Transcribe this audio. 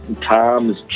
Tom's